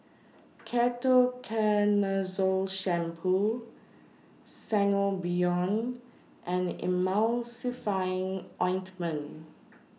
Ketoconazole Shampoo Sangobion and Emulsying Ointment